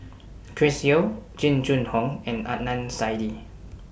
Chris Yeo Jing Jun Hong and Adnan Saidi